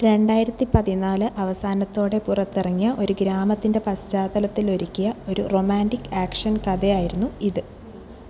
രണ്ടായിരത്തി പതിനാല് അവസാനത്തോടെ പുറത്തിറങ്ങിയ ഒരു ഗ്രാമത്തിൻ്റെ പശ്ചാത്തലത്തിൽ ഒരുക്കിയ ഒരു റൊമാൻ്റിക് ആക്ഷൻ കഥയായിരുന്നു ഇത്